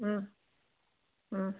ꯎꯝ ꯎꯝ